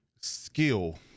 skill